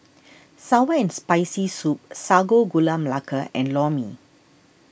Sour and Spicy Soup Sago Gula Melaka and Lor Mee